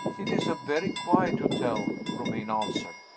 it is a very quiet hotel, romayne answered,